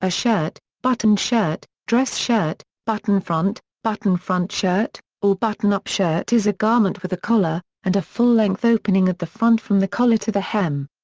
a shirt, button shirt, dress shirt, button-front, button-front shirt, or button-up shirt is a garment with a collar, and a full-length opening at the front from the collar to the hem.